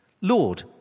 Lord